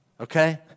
Okay